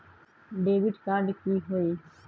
Debit card की होई?